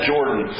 Jordan